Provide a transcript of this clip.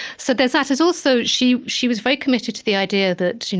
so there's that. there's also she she was very committed to the idea that